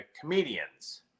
comedians